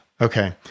okay